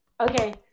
Okay